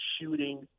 shooting